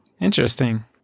Interesting